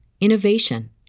innovation